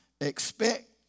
expect